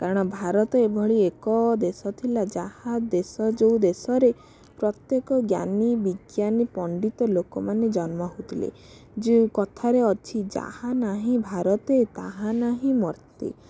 କାରଣ ଭାରତ ଏଭଳି ଏକ ଦେଶ ଥିଲା ଯାହା ଦେଶ ଯେଉଁ ଦେଶରେ ପ୍ରତ୍ୟେକ ଜ୍ଞାନୀ ବିଜ୍ଞାନୀ ପଣ୍ଡିତ ଲୋକମାନେ ଜନ୍ମ ହେଉଥିଲେ ଯେଉଁ କଥାରେ ଅଛି ଯାହା ନାହିଁ ଭାରତେ ତାହା ନାହିଁ ମର୍ତ୍ତେ